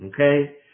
okay